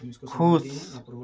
खुश